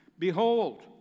Behold